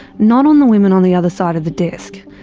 not on the women on the other side of the desk.